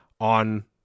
on